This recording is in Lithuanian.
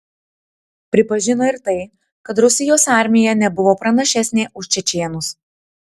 pripažino ir tai kad rusijos armija nebuvo pranašesnė už čečėnus